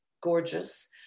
gorgeous